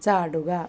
ചാടുക